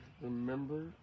Remember